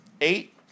eight